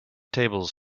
tables